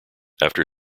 after